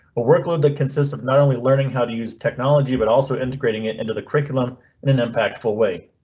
workload the consists of not only learning how to use technology but also integrating it into the curriculum in an impactful way.